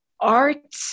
Art